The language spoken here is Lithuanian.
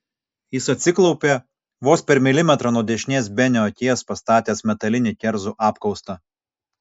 jis atsiklaupė vos per milimetrą nuo dešinės benio akies pastatęs metalinį kerzų apkaustą